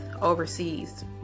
overseas